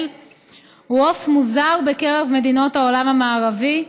הוא עוף מוזר בקרב מדינות העולם המערבי.